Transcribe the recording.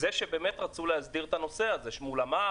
היא שבאמת רצו להסדיר את הנושא הזה מול המע"מ,